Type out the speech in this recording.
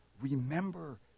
remember